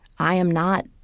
i am not